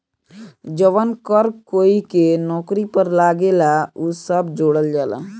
जवन कर कोई के नौकरी पर लागेला उ सब जोड़ल जाला